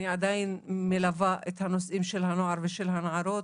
אני עדיין מלווה את הנושאים של הנערים והנערות,